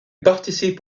participe